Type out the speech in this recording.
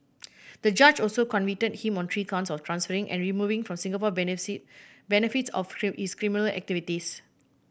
the judge also convicted him on three counts of transferring and removing from Singapore benefits of his criminal activities